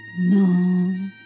No